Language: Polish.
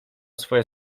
swoje